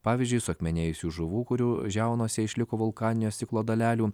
pavyzdžiui suakmenėjusių žuvų kurių žiaunose išliko vulkaninio stiklo dalelių